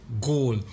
goal